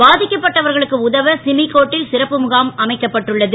பா க்கப்பட்டவர்களுக்கு உதவ சிமிகோட்டில் சிறப்பு முகாம் அமைக்கப்பட்டுள்ளது